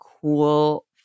cool